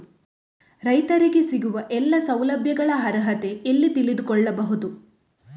ರೈತರಿಗೆ ಸಿಗುವ ಎಲ್ಲಾ ಸೌಲಭ್ಯಗಳ ಅರ್ಹತೆ ಎಲ್ಲಿ ತಿಳಿದುಕೊಳ್ಳಬಹುದು?